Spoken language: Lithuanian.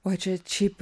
oi čia šiaip